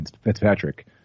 Fitzpatrick